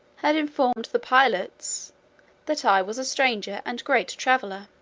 had informed the pilots that i was a stranger, and great traveller